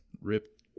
Rip